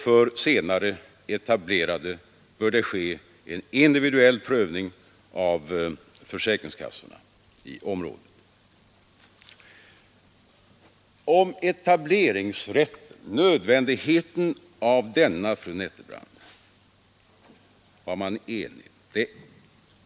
För senare etablerade bör det ske en individuell prövning av försäkringskassorna i området. Om nödvändigheten av etableringsregeln var det enighet, fru Nettelbrandt.